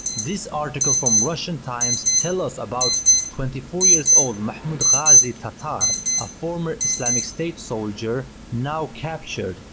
this article from russian times tells us about twenty four years old mahmud ghazi tatar, a former islamic state soldier, now captured,